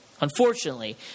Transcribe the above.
Unfortunately